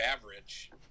average